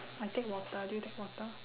I take water did you take water